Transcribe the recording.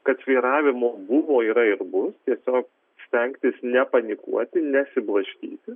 kad svyravimų buvo yra ir bus tiesiog stengtis nepanikuoti nesiblaškyti